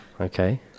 Okay